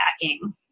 attacking